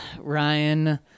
Ryan